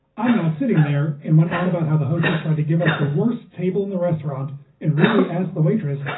i'm not sitting there and went on about how the hostess tried to give us the worst table in the restaurant and rudely asked the waitress,